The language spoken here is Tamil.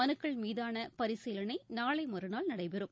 மனுக்கள் மீதான பரிசீலனை நாளை மறுநாள் நடைபெறும்